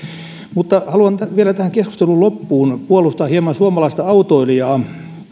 haluan vielä tähän keskustelun loppuun hieman puolustaa suomalaista autoilijaa